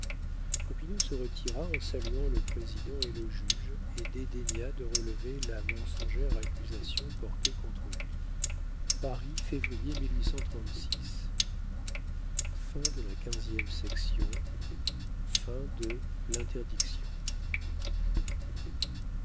popinot se retira en saluant le président et le juge et dédaigna de relever la mensongère accusation portée contre lui paris février